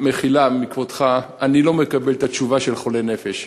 מחילה מכבודך, אני לא מקבל את התשובה של חולה נפש.